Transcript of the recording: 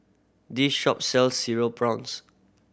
this shop sell Cereal Prawns